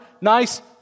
nice